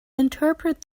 interpret